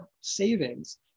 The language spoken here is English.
savings